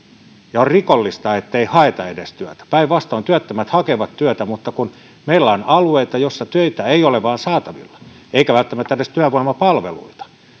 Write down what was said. ja on rikollista ettei edes haeta työtä päinvastoin työttömät hakevat työtä mutta meillä on alueita joilla töitä ei vain ole saatavilla eikä välttämättä edes työvoimapalveluita